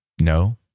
No